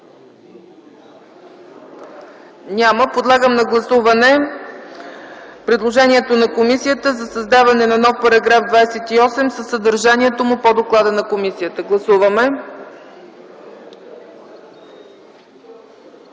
Няма. Подлагам на гласуване предложението на комисията за създаване на нов § 28 със съдържанието му по доклада на комисията. Гласуваме.